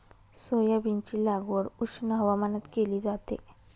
सोयाबीनची लागवड उष्ण हवामानात केली जाते